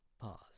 pause